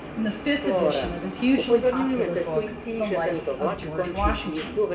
in the fifth edition of his hugely popular book the life of george washington.